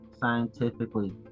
scientifically